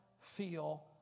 feel